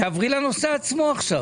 תעברי לנושא עצמו עכשיו.